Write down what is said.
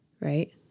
right